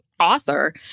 author